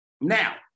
Now